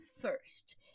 first